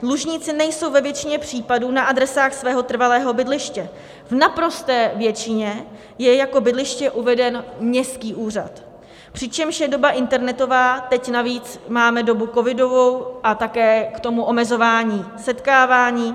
Dlužníci nejsou ve většině případů na adresách svého trvalého bydliště, v naprosté většině je jako bydliště uveden městský úřad, přičemž je doba internetová, teď navíc máme dobu covidovou a také k tomu omezování setkávání.